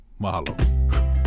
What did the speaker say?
Mahalo